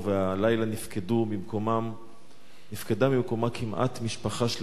הלילה נפקדה ממקומה כמעט משפחה שלמה,